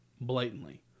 blatantly